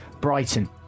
Brighton